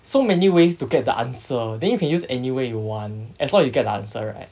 so many ways to get the answer then you can use any way you want as long as you get the answer right